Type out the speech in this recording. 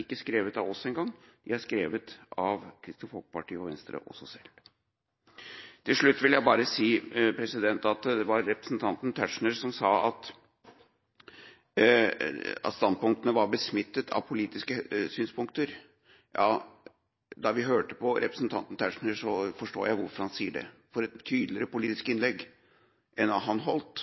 ikke skrevet av oss engang. De er skrevet av Kristelig Folkeparti og Venstre også selv. Til slutt vil jeg bare si: Representanten Tetzschner sa at standpunktene var besmittet av politiske synspunkter. Når vi hørte på representanten Tetzschner, forstår jeg hvorfor han sier det. For et tydeligere politisk innlegg i juridiske formuleringer enn hva han holdt,